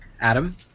adam